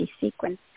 sequence